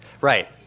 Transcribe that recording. right